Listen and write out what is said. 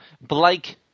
Blake